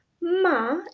Ma